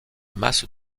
masse